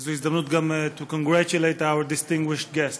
וזאת הזדמנות גם, to congratulate our distinguished guests .